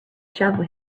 shovel